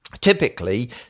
Typically